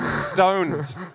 Stoned